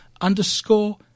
underscore